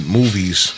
movies